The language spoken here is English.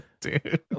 Dude